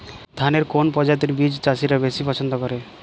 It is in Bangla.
ধানের কোন প্রজাতির বীজ চাষীরা বেশি পচ্ছন্দ করে?